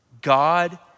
God